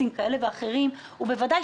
בוודאי,